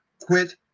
quit